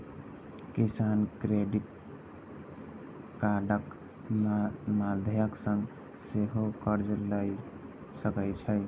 किसान क्रेडिट कार्डक माध्यम सं सेहो कर्ज लए सकै छै